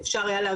אולי מוטעית,